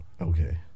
Okay